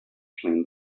clean